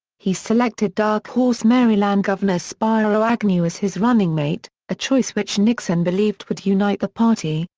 he selected dark horse maryland governor spiro agnew as his running mate, a choice which nixon believed would unite the party,